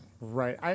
Right